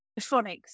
phonics